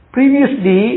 Previously